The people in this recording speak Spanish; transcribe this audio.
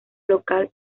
local